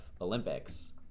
olympics